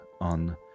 on